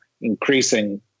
increasing